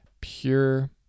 pure